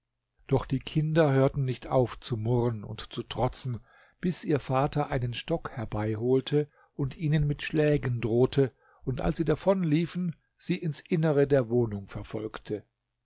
doch die kinder hörten nicht auf zu murren und zu trotzen bis ihr vater einen stock herbeiholte und ihnen mit schlägen drohte und als sie davonliefen sie ins innere der wohnung verfolgte